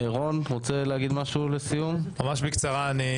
להגיד כמה דברים?